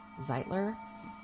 Zeitler